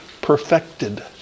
perfected